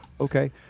Okay